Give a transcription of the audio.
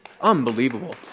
Unbelievable